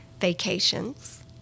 vacations